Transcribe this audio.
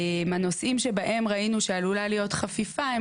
הנושאים שבהם ראינו שעלולה להיות חפיפה הם